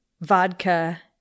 vodka